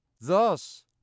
Thus